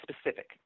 specific